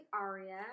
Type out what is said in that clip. Aria